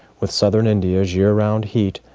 with southern india's year-round heat,